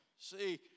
See